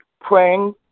praying